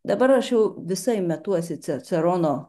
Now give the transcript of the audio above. dabar aš jau visai metuosi cicerono